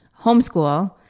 homeschool